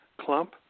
clump